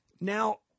Now